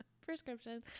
prescription